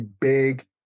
big